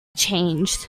changed